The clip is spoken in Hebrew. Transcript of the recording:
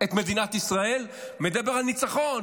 את מדינת ישראל, מדבר על ניצחון.